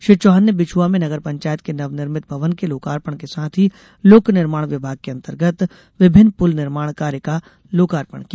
श्री चौहान ने विछुआ में नगर पंचायत के नवनिर्भित भवन के लोकार्पण के साथ ही लोक निर्माण विभाग के अंतर्गत विभिन्न पूल निर्माण कार्य का लोकार्पण किया